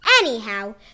Anyhow